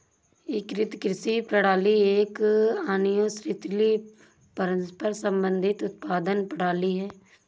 एकीकृत कृषि प्रणाली एक अन्योन्याश्रित, परस्पर संबंधित उत्पादन प्रणाली है